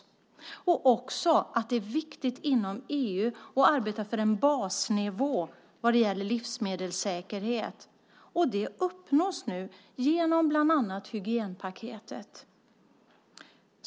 Det är också viktigt att inom EU arbeta för en basnivå vad gäller livsmedelssäkerhet. Det uppnås nu genom bland annat hygienpaketet.